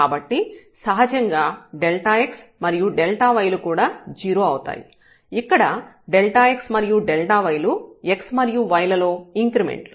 కాబట్టి సహజంగా ∆x మరియు ∆y లు కూడా 0 అవుతాయి ఇక్కడ ∆x మరియు ∆y లు x మరియు y లలో ఇంక్రిమెంట్లు